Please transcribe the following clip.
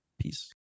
Peace